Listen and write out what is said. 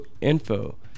info